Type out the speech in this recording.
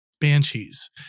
Banshees